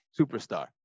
superstar